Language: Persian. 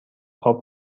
خواب